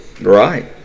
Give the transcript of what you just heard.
right